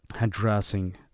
addressing